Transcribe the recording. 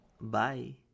Bye